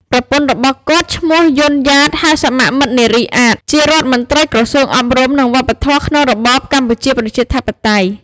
ប្រពន្ធរបស់គាត់ ឈ្មោះ យុន យ៉ាត (ហៅសមមិត្តនារី អាត) ជារដ្ឋមន្ត្រីក្រសួងអប់រំ និងវប្បធម៌ក្នុងរបបកម្ពុជាប្រជាធិបតេយ្យ។